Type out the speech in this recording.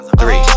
Three